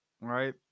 Right